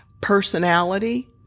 personality